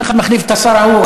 אחד מחליף את השר ההוא,